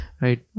right